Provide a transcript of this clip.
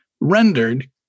Rendered